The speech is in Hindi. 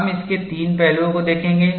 हम इसके तीन पहलुओं को देखेंगे